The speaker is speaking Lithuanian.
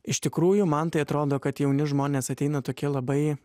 iš tikrųjų man tai atrodo kad jauni žmonės ateina tokie labai